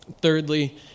Thirdly